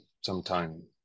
sometime